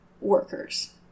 workers